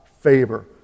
favor